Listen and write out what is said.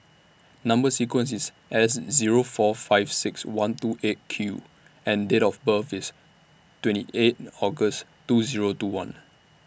Number sequence IS S Zero four five six one two eight Q and Date of birth IS twenty eight August two Zero two one